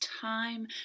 time